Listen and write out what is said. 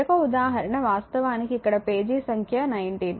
మరొక ఉదాహరణ వాస్తవానికి ఇక్కడ పేజీ సంఖ్య 19